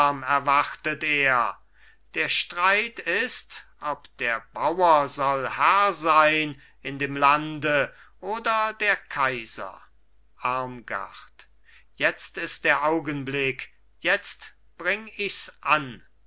erwartet er der streit ist ob der bauer soll herr sein in dem lande oder der kaiser armgard jetzt ist der augenblick jetzt bring ich's an